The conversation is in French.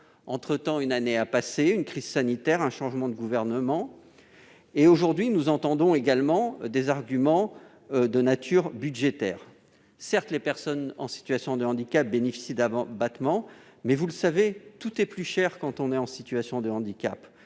lors, une année a passé, une crise sanitaire et un changement de gouvernement sont passés par là. Aujourd'hui, nous entendons également des arguments de nature budgétaire. Certes, les personnes en situation de handicap bénéficient d'abattement, mais vous savez comme nous que tout est plus cher quand on est en situation de handicap